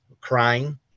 crying